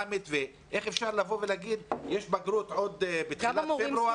איך אפשר להגיד שיש בגרות בתחילת פברואר,